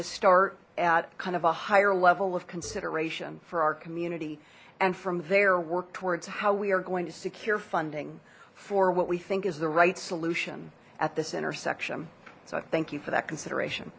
to start at kind of a higher level of consideration for our community and from their work towards how we are going to secure funding for what we think is the right solution at this intersection so i thank you for that consideration